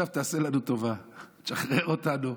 עכשיו, תעשה לנו טובה, תשחרר אותנו.